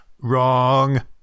Wrong